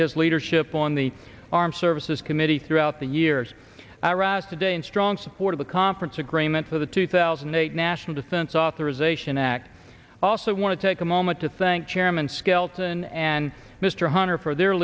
his leadership on the armed services committee throughout the years today in strong support of the conference agreement for the two thousand and eight national defense authorization act also want to take a moment to thank chairman skelton and mr hunter for their